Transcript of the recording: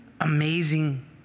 Amazing